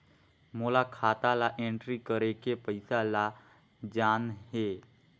मोला खाता ला एंट्री करेके पइसा ला जान हे?